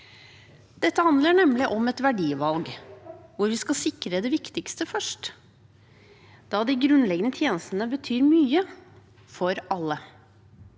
Dette handler nemlig om et verdivalg hvor vi skal sikre det viktigste først, da de grunnleggende tjenestene